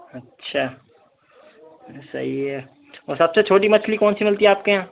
अच्छा सही है औ सबसे छोटी मछली कौन सी मिलती है आपके यहाँ